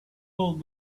pulled